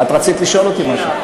את רצית לשאול אותי משהו.